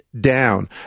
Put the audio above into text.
down